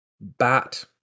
Bat